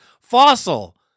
Fossil